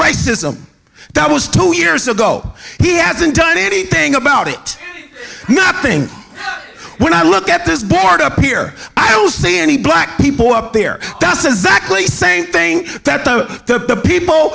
racism that was two years ago he hasn't done anything about it nothing when i look at this board up here i don't see any black people up there doesn't exactly the same thing that the people